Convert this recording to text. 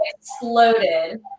exploded